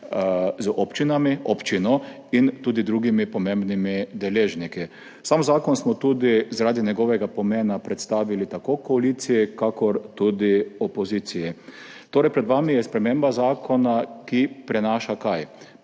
sodiščem, z občino in tudi drugimi pomembnimi deležniki. Sam zakon smo zaradi njegovega pomena predstavili tako koaliciji kakor tudi opoziciji. Pred vami je torej sprememba zakona, ki prinaša – kaj?